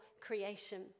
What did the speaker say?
creation